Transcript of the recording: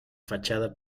fachada